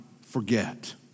forget